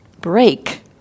break